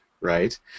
right